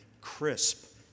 Crisp